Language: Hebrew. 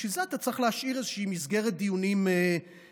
בשביל זה אתה צריך להשאיר איזושהי מסגרת דיונים סגורה.